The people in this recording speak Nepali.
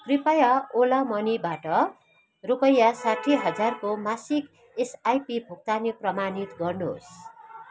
कृपया ओला मनीबाट रुपियाँ साठी हजारको मासिक एसआइपी भुक्तानी प्रमाणित गर्नुहोस्